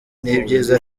n’ibyiza